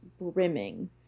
brimming